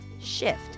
shift